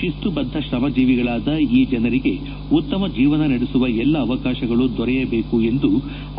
ಶಿಸ್ತು ಬದ್ಧ ತ್ರಮಜೀವಿಗಳಾದ ಈ ಜನರಿಗೆ ಉತ್ತಮ ಜೀವನ ನಡೆಸುವ ಎಲ್ಲಾ ಅವಕಾಶಗಳು ದೊರೆಯಬೇಕು ಎಂದು